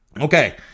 Okay